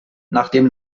nachdem